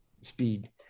speed